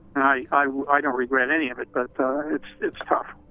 i i don't regret any of it but it's it's tough.